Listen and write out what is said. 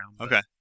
Okay